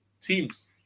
teams